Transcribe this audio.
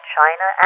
China